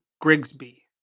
Grigsby